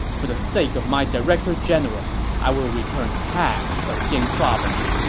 for the sake of my director general, i will return half of jing province.